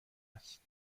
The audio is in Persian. است